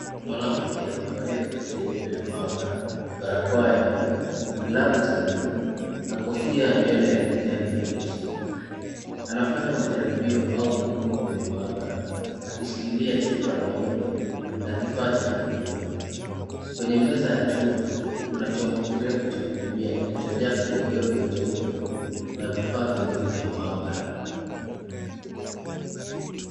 Mwanamkea amevalia koti jeupe la maabara, barakoa ya buluu glavu za buluu na kofia ya nywele ya kijani kibichi, anafanya vijaribio au vipimo kwenye maabara , akishikilia chupa nyeupe na kifaa cha kupimia, kwenye meza ya chuma kuna chombo kirefu cha chuma cha kupimia kilichojaa kiyowevu cheupe na vifaa vingine vya maabara.